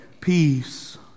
peace